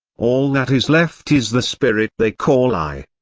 all that is left is the spirit they call i.